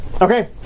Okay